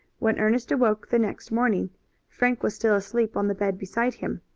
when ernest awoke the next morning frank was still asleep on the bed beside him.